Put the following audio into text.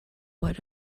what